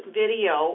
video